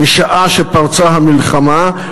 משעה שפרצה המלחמה,